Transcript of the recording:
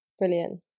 brilliant